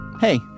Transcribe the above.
hey